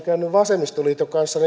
käynyt vasemmistoliiton kanssa